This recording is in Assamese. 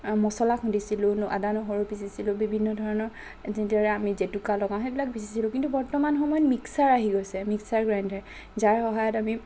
মছলা খুন্দিছিলোঁ ন আদা নহৰু পিছিছিলোঁ বিভিন্ন ধৰণৰ যিদৰে আমি জেতুকা লগাওঁ সেইবিলাক পিছিছিলোঁ কিন্তু বৰ্তমান সময়ত মিক্সাৰ আহি গৈছে মিক্সাৰ গ্ৰাইণ্ডাৰ যাৰ সহায়ত আমি